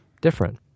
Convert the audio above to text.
different